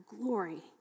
glory